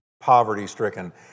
poverty-stricken